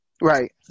Right